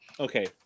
Okay